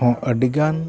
ᱦᱚᱸ ᱟᱹᱰᱤᱜᱟᱱ